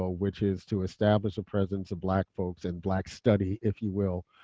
ah which is to establish a presence of black folks and black study, if you will,